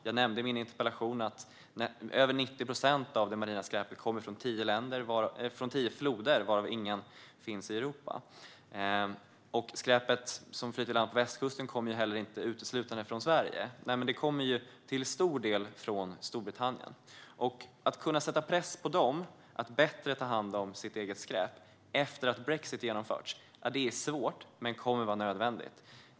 Jag nämnde i min interpellation att över 90 procent av det marina skräpet kommer från tio floder, varav ingen finns i Europa. Det skräp som flyter i land på västkusten kommer inte heller uteslutande från Sverige, utan det kommer till stor del från Storbritannien. Att kunna sätta press på dem att bättre ta hand om sitt eget skräp efter att brexit har genomförts är svårt men kommer att vara nödvändigt.